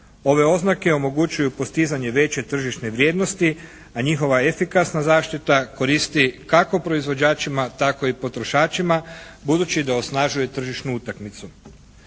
Ove oznake omogućuju postizanje veće tržišne vrijednosti a njihova efikasna zaštita koristi kako proizvođačima tako i potrošačima budući da osnažuje tržišnu utakmicu.